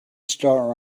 start